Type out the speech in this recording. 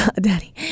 Daddy